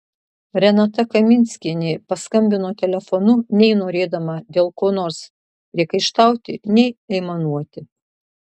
renata kaminskienė paskambino telefonu nei norėdama dėl ko nors priekaištauti nei aimanuoti